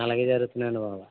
అలాగే జరుగుతున్నాయండి బాబా